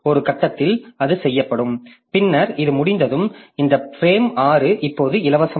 ஒரு கட்டத்தில் அது செய்யப்படும் பின்னர் இது முடிந்ததும் இந்த பிரேம் 6 இப்போது இலவசம்